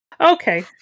okay